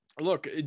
look